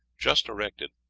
just erected,